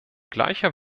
gleicher